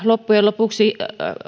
loppujen lopuksi jos